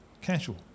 casual